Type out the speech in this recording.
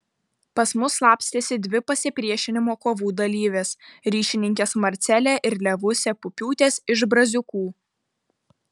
pas mus slapstėsi dvi pasipriešinimo kovų dalyvės ryšininkės marcelė ir levusė pupiūtės iš braziūkų